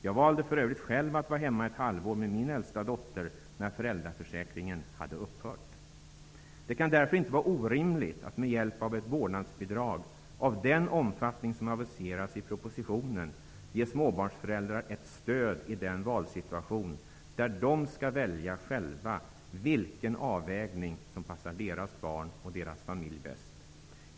Jag valde för övrigt själv att vara hemma ett halvår med min äldsta dotter när föräldraförsäkringen hade upphört. Det kan därför inte vara orimligt att med hjälp av ett vårdnadsbidrag av den omfattning som aviseras i propositionen ge småbarnsföräldrar ett stöd i den valsituation där de skall välja själva vilken avvägning som passar deras barn och deras familj bäst.